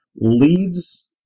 leads